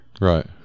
Right